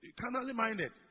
carnally-minded